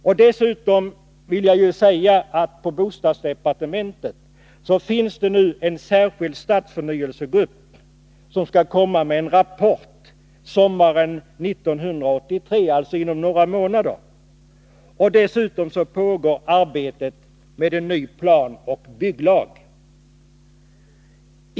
Inom bostadsdepartementet finns dessutom en särskild stadsförnyelsegrupp, som har till uppgift att i sommar, dvs. om några månader, framlägga en rapport. Vidare pågår arbetet med en ny planoch bygglag.